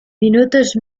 minutos